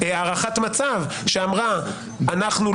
אדוני פה אמר את דבריו, אני חייב לענות.